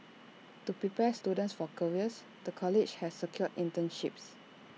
to prepare students for careers the college has secured internships